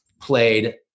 played